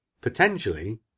potentially